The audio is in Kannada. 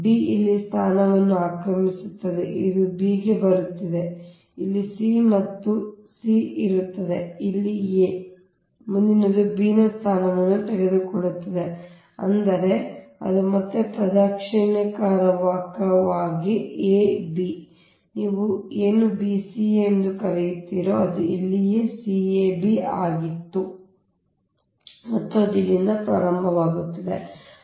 ಆದ್ದರಿಂದ b ಇಲ್ಲಿ ಸ್ಥಾನವನ್ನು ಆಕ್ರಮಿಸುತ್ತದೆ ಇದು b ಗೆ ಬರುತ್ತದೆ ಇಲ್ಲಿ c ಇತ್ತು ಈಗ c ಇಲ್ಲಿ ಇರುತ್ತದೆ ಈಗ a ಇಲ್ಲಿ ಈಗ a ಮುಂದಿನದು b ನ ಸ್ಥಾನವನ್ನು ತೆಗೆದುಕೊಳ್ಳುತ್ತದೆ ಅಂದರೆ ಅದು ಮತ್ತೆ ಪ್ರದಕ್ಷಿಣಾಕಾರವಾಗಿ ಇರುತ್ತದೆ a b ನೀವು ಏನು b c a ಎಂದು ಕರೆಯುತ್ತೀರೋ ಅದು ಇಲ್ಲಿಯೇ c a b ಆಗಿತ್ತು ಅದು ಇಲ್ಲಿಂದ ಪ್ರಾರಂಭವಾಗುತ್ತದೆ ಅದು b c a ಆಗಿದೆ